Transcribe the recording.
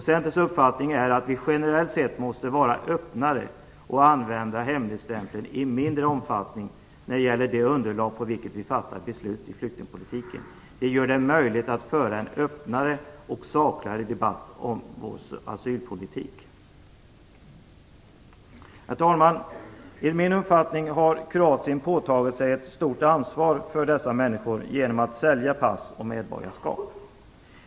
Centerns uppfattning är att vi generellt sett måste vara öppnare och använda hemligstämpeln i mindre omfattning när det gäller det underlag på vilket vi fattar beslut i flyktingpolitiken. Det gör det möjligt att föra en öppnare och sakligare debatt om vår asylpolitik. Herr talman! Enligt min uppfattning har Kroatien påtagit sig ett stort ansvar för dessa människor genom att sälja pass och medborgarskap.